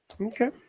Okay